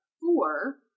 Four